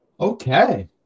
okay